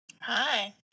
Hi